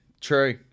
true